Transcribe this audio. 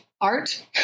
art